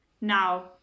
Now